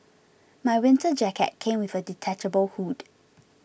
my winter jacket came with a detachable hood